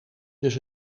dus